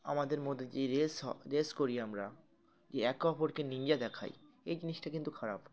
আমাদের মধ্যে যে এই রেস হয় রেস করি আমরা যে একে অপরকে নিনজা দেখাই এই জিনিসটা কিন্তু খারাপ